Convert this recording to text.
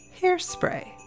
hairspray